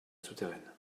souterraine